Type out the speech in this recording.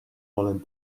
olen